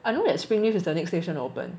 I know that Springleaf is the next station to open